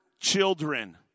children